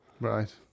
Right